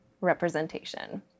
representation